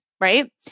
right